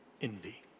envy